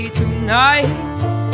tonight